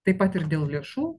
taip pat ir dėl lėšų